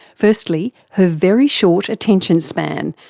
firstly, her very short attention span,